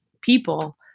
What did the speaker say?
people